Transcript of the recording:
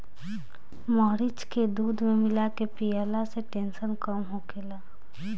मरीच के दूध में मिला के पियला से टेंसन कम होखेला